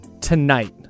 Tonight